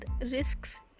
risks